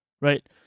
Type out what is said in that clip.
Right